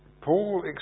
Paul